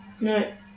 No